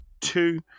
two